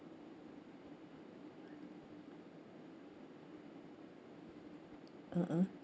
mmhmm